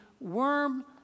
worm